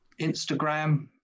Instagram